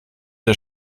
der